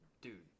dude